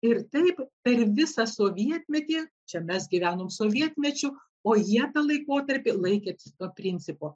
ir taip per visą sovietmetį čia mes gyvenom sovietmečiu o jie tą laikotarpį laikė to principo